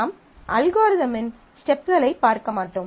நாம் அல்காரிதமின் ஸ்டெப்களைப் பார்க்க மாட்டோம்